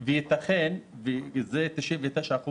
ייתכן, וזה 99%,